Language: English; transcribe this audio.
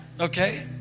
okay